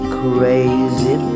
crazy